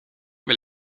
wil